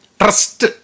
Trust